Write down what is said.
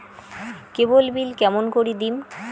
কেবল bill কেমন করি দিম?